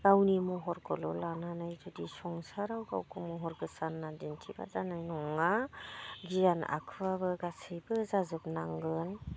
गावनि महरखौल' लानानै जुदि संसाराव गावखौ महर गोसा होननानै दिन्थिब्ला जानाय नङा गियान आखुआबो गासिबो जाजोबनांगौ